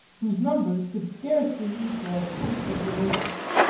whose numbers could scarcely equal a tenth of the natives,